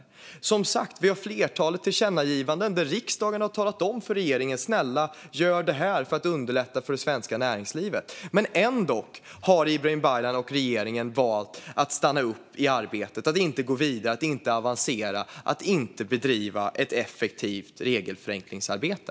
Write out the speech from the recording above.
Vi har som sagt ett flertal tillkännagivanden där riksdagen har sagt till regeringen: Snälla, gör det här för att underlätta för det svenska näringslivet! Ändock har Ibrahim Baylan och regeringen valt att stanna upp i arbetet och inte gå vidare, inte avancera och inte bedriva ett effektivt regelförenklingsarbete.